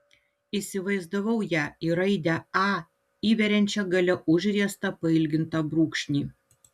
įsivaizdavau ją į raidę a įveriančią gale užriestą pailgintą brūkšnį